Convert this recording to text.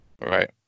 right